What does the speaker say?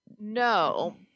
No